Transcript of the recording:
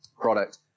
product